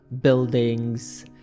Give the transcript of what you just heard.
buildings